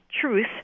truth